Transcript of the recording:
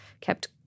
kept